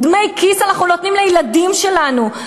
דמי כיס אנחנו נותנים לילדים שלנו,